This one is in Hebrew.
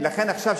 עכשיו,